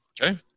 Okay